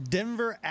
Denver